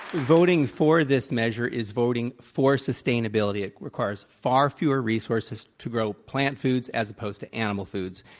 voting for this measure is voting for sustainability. it requires far fewer resourses to grow plant foods as opposed to animal foods.